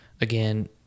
again